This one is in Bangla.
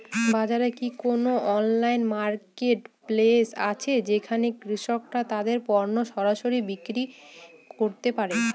বাজারে কি কোন অনলাইন মার্কেটপ্লেস আছে যেখানে কৃষকরা তাদের পণ্য সরাসরি বিক্রি করতে পারে?